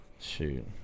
Shoot